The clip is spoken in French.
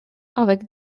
avec